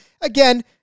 Again